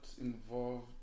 involved